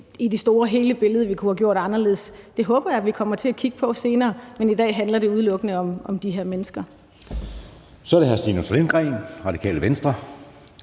i det store billede kunne have gjort anderledes. Det håber jeg vi kommer til at kigge på senere, men i dag handler det udelukkende om de her mennesker. Kl. 16:46 Anden næstformand (Jeppe